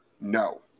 no